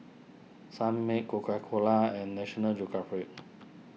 Sunmaid Coca Cola and National Geographic